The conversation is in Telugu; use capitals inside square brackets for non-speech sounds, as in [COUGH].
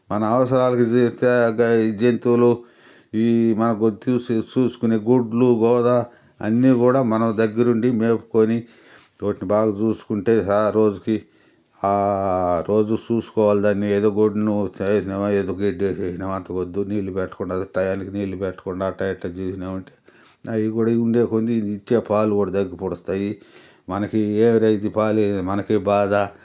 మన అవసరాలకి తీరుతే ఈ జంతువులు ఇవి మనకు చూసి చూసుకొని గుడ్లు గోదా అన్నీ కూడా మనం దగ్గరుండి మేపుకొని తోటి బాగా చూసుకుంటే ఆ రోజుకి రోజు చూసుకోవాలి దాన్ని ఏదో గూటి చేసినామా ఏదో గడ్డి వేసేసినామా అంతకొద్దు నీళ్లు పెట్టకుండా టయానికి నీళ్లు పెట్టకుండా అట్టా ఇట్టా చేసినాము అంటే అవి కూడా ఉండే కొద్ది ఇచ్చే పాలు కూడా తగ్గి పొడుస్తాయి మనకి ఏరే [UNINTELLIGIBLE] మనకి బాధ